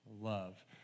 love